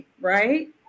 Right